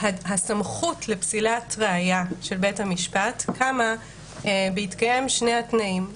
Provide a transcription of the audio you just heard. שהסמכות לפסילת ראיה של בית המשפט קמה בהתקיים שני התנאים: